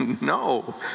No